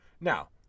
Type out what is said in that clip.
Now